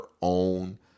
own